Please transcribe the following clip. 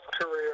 career